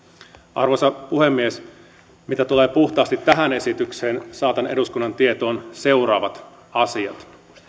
arvoisa puhemies mitä tulee puhtaasti tähän esitykseen saatan eduskunnan tietoon seuraavat asiat